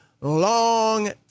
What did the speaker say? long